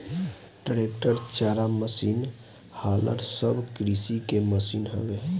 tractor, चारा machine, huller सब कृषि के मशीन हवे